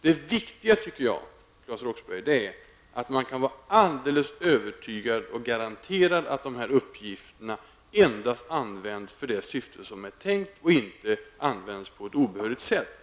Det viktiga enligt min mening är, Claes Roxbergh, att man kan vara alldeles garanterad och övertygad om att dessa uppgifter endast används för det syfte som är tänkt och inte används på ett obehörigt sätt.